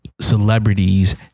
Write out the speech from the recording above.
celebrities